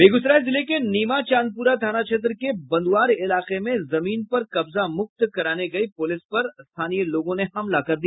बेगूसराय जिले के नीमा चांदपुरा थाना क्षेत्र के बंद्आर इलाके में जमीन पर कब्जा मुक्त कराने गयी पुलिस पर स्थानीय लोगों ने हमला कर दिया